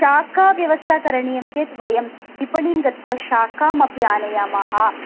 शाकव्यवस्था करणीयं चेत् वयं विपणीं गत्वा शाकमपि आनयामः